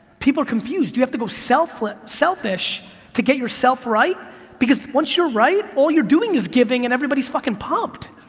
people are confused, you have to go selfish selfish to get yourself right because once you're right, all you're doing is giving and everybody is fucking pumped.